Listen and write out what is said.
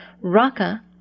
Raka